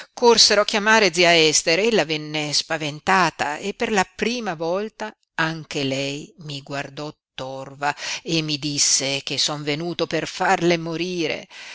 a chiamare zia ester ella venne spaventata e per la prima volta anche lei mi guardò torva e mi disse che son venuto per farle morire